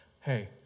hey